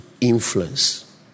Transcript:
influence